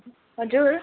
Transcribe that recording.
हजुर